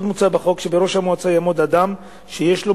עוד מוצע בחוק שבראש המועצה יעמוד אדם שיש לו